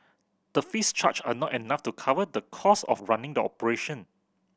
the fees charged are not enough to cover the costs of running the operation